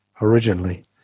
originally